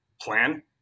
plan